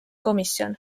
komisjon